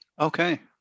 Okay